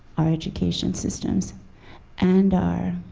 our education systems and our